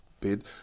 bid